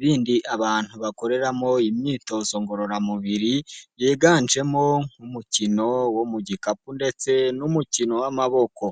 bindi abantu bakoreramo imyitozo ngororamubiri, yiganjemo nk'umukino wo mu gikapu ndetse n'umukino w'amaboko.